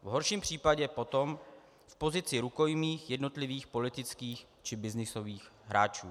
V horším případě potom v pozici rukojmí jednotlivých politických či byznysových hráčů.